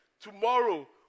Tomorrow